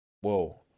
whoa